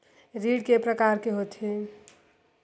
ऋण के प्रकार के होथे?